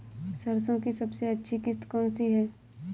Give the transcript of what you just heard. सरसो की सबसे अच्छी किश्त कौन सी है?